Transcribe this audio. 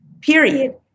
period